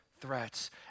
threats